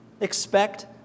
Expect